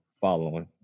following